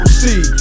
see